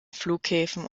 flughäfen